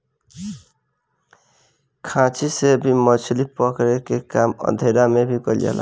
खांची से भी मछली पकड़े के काम अंधेरा में कईल जाला